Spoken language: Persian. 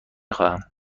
خواهم